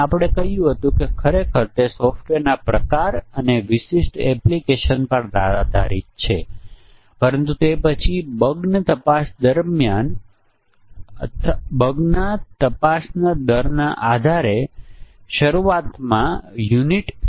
આપણે કહ્યું કે એવા સાધનો ઉપલબ્ધ છે જ્યાં તમે ફક્ત પરિમાણોની સંખ્યાને ઇનપુટ કરો છો અને તે તમને પરીક્ષણના કેસો આપશે